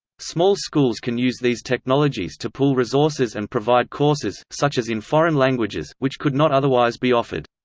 small schools can use these technologies to pool resources and provide courses, such as in foreign languages, which could not otherwise be offered.